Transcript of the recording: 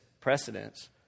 precedence